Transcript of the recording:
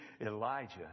Elijah